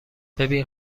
ببین